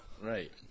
right